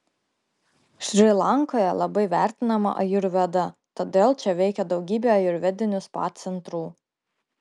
šri lankoje labai vertinama ajurveda todėl čia veikia daugybė ajurvedinių spa centrų